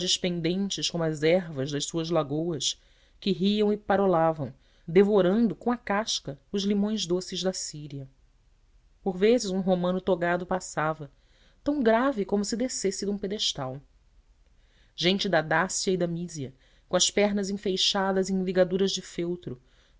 pendentes como as ervas das suas lagoas que riam e parolavam devorando com a casca os limões doces da síria por vezes um romano togado passava tão grave como se descesse de um pedestal gente da dácia e da mísia com as pernas enfaixadas em ligaduras de feltro